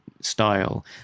style